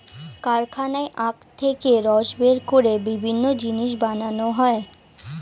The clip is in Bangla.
কারখানায় আখ থেকে রস বের করে বিভিন্ন জিনিস বানানো হয়